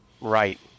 Right